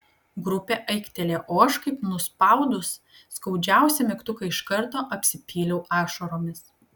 grupė aiktelėjo o aš kaip nuspaudus skaudžiausią mygtuką iš karto apsipyliau ašaromis